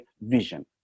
vision